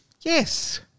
Yes